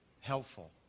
helpful